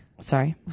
Sorry